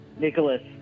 Nicholas